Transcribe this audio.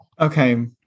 Okay